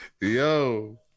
Yo